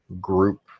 group